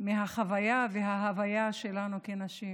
מהחוויה וההוויה שלנו כנשים אם